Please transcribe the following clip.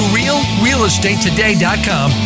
realrealestatetoday.com